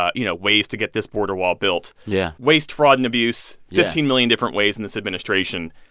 ah you know, ways to get this border wall built yeah waste, fraud and abuse fifteen million different ways in this administration.